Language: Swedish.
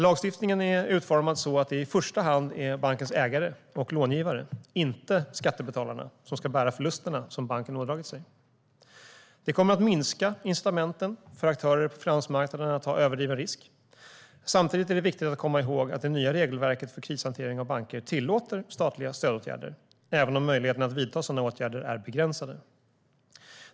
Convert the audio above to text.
Lagstiftningen är utformad så att det i första hand är bankens ägare och långivare - inte skattebetalarna - som ska bära de förluster som banken ådragit sig. Det kommer att minska incitamenten för aktörer på finansmarknaden att ta överdriven risk. Samtidigt är det viktigt att komma ihåg att det nya regelverket för krishantering av banker tillåter statliga stödåtgärder, även om möjligheterna att vidta sådana åtgärder är begränsade.